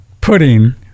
pudding